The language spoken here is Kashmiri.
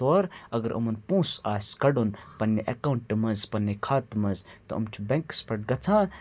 تور اگر یِمَن پونٛسہٕ آسہِ کَڑُن پَنٕنہِ ایکاونٹہٕ منٛز پَنٕنہِ خاتہٕ منٛز تہٕ أمۍ چھِ بٮ۪نٛکَس پٮ۪ٹھ گَژھان